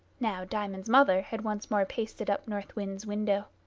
now diamond's mother had once more pasted up north wind's window.